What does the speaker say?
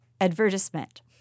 advertisement